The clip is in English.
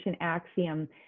axiom